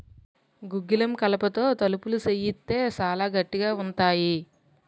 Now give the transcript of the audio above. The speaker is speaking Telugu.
గుగ్గిలం కలపతో తలుపులు సేయిత్తే సాలా గట్టిగా ఉంతాయి